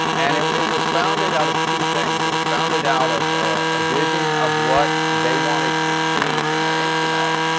and it it was founded out of two things. it was founded out of a vision of what they wanted to see in their intranet,